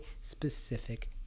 specific